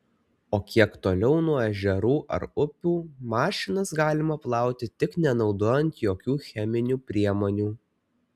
o kiek toliau nuo ežerų ar upių mašinas galima plauti tik nenaudojant jokių cheminių priemonių